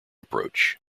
approach